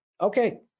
okay